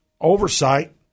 oversight